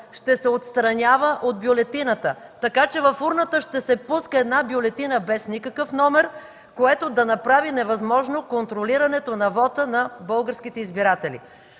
ще се отстранява от бюлетината, така че в урната ще се пуска една бюлетина без никакъв номер, което да направи невъзможно контролирането на вота на българските избиратели.